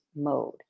mode